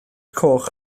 coch